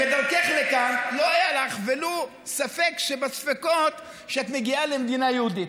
בדרכך לכאן לא היה לך ולו ספק שבספקות שאת מגיעה למדינה יהודית,